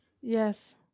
yes